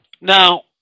Now